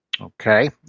Okay